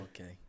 Okay